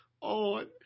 on